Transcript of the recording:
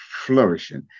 flourishing